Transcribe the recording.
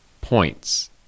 points